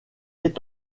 est